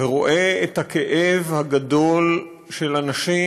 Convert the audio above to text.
ורואה את הכאב הגדול של אנשים